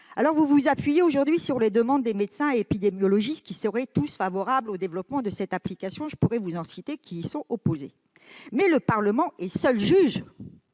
» Vous vous appuyez aujourd'hui sur les demandes des médecins et des épidémiologistes, qui seraient tous favorables au développement de cette application. Je pourrais en citer qui y sont opposés, mais le Parlement est seul juge